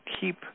keep